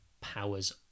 powers